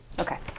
Okay